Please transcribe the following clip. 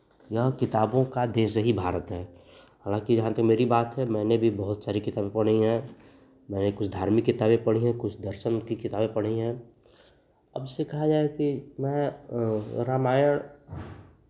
यहाँ किताबों का देश ही भारत है हालांकि जहाँ तक मेरी बात है मैंने भी बहुत सारी किताबें पढ़ी हैं मैंने कुछ धार्मिक किताबें पढ़ी हैं कुछ दर्शन की किताबें पढ़ी हैं अब जैसे कहा जाए कि मैं रामायण